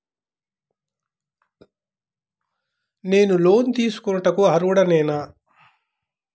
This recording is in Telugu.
నేను లోన్ తీసుకొనుటకు అర్హుడనేన?